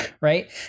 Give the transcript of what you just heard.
right